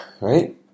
right